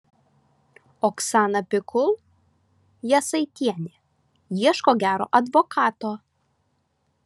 oksana pikul jasaitienė ieško gero advokato